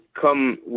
come